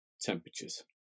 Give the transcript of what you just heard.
temperatures